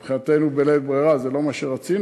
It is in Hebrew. מבחינתנו בלית ברירה, זה לא מה שרצינו,